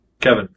Kevin